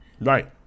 Right